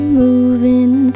moving